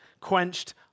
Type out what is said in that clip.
quenched